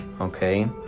okay